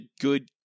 good